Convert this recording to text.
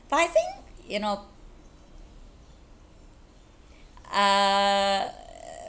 but I think you know uh